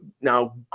Now